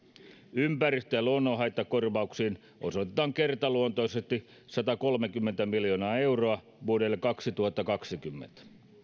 ympäristö ja luonnonhaittakorvauksiin osoitetaan kertaluonteisesti satakolmekymmentä miljoonaa euroa vuodelle kaksituhattakaksikymmentä